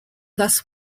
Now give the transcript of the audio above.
thus